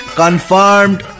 confirmed